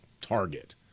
target